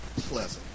pleasant